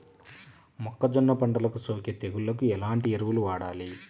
మొక్కజొన్న పంటలకు సోకే తెగుళ్లకు ఎలాంటి ఎరువులు వాడాలి?